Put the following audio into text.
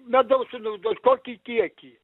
medaus sunaudot kokį kiekį